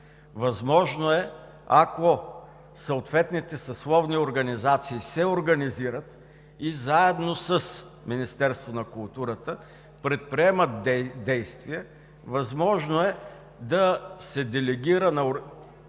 доказването. Ако съответните съсловни организации се организират и заедно с Министерството на културата предприемат действия, възможно е да се делегира на